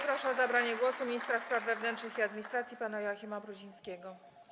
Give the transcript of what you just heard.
Proszę o zabranie głosu ministra spraw wewnętrznych i administracji pana Joachima Brudzińskiego.